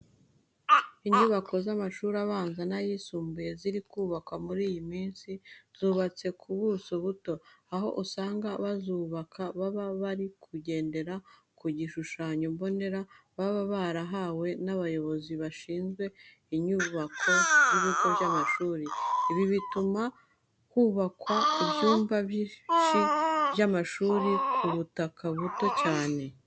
Inyubako z'amashuri abanza n'ayisumbuye ziri kubakwa muri iyi minsi, zubatse ku buso buto, aho usanga abazubaka baba bari kugendera ku gishushanyo mbonera baba barahawe n'abayobozi bashinzwe inyubako z'ibigo by'amashuri. Ibi bituma hubakwa ibyumba byinshi by'amashuri ku butaka buto cyane.